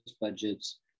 budgets